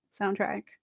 soundtrack